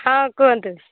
ହଁ କୁହନ୍ତୁ